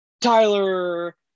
Tyler